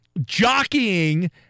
jockeying